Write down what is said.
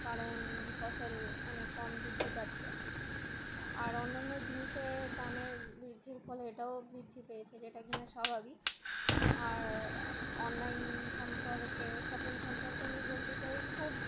কারণ ফসল অনেক কম বৃদ্ধি পাচ্ছে আর অন্যান্য জিনিসের দামের বৃদ্ধির ফলে এটাও বৃদ্ধি পেয়েছে যেটা কিনা স্বাভাবিক আর অনলাইন সম্পর্কে শপিং সম্পর্কে আমি বলতে চাই খুব